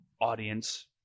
Audience